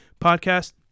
podcast